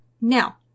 Now